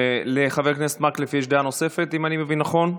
לחבר הכנסת מקלב יש דעה נוספת, אם אני מבין נכון.